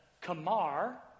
Kamar